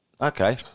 Okay